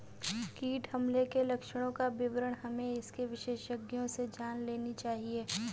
कीट हमले के लक्षणों का विवरण हमें इसके विशेषज्ञों से जान लेनी चाहिए